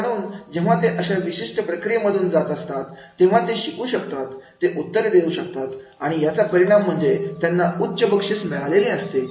तर म्हणून जेव्हा ते अशा विशिष्ट प्रक्रियेमधून जात असतात तेव्हा ते शिकू शकतात ते उत्तरे देऊ शकतात आणि याचा परिणाम म्हणजे त्यांना उच्च बक्षीस मिळालेले असते